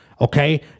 okay